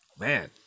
Man